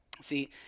See